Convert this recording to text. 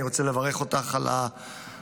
אני רוצה לברך אותך על ההצעה.